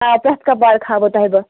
آ پرٛتھ کانٛہہ پارک ہاوہَو تۅہہِ بہٕ